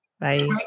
Bye